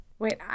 Wait